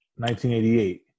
1988